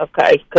okay